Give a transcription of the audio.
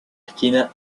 esquina